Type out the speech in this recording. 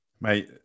Mate